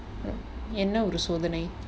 என்ன ஒரு சோதனை:enna oru sothanai